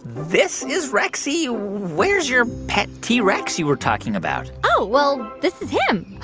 this is rexy? where's your pet t. rex you were talking about? oh. well, this is him.